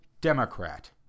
Democrat